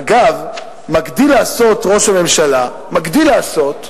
אגב, מגדיל לעשות ראש הממשלה, מגדיל לעשות,